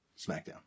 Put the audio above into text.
SmackDown